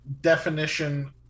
definition